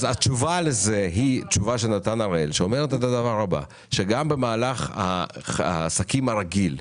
התשובה לזה היא תשובה שנתן הראל שאומרת שגם במהלך העסקים הרגיל,